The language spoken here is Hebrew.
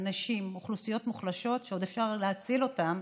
אנשים ואוכלוסיות מוחלשות שעוד אפשר להציל אותם.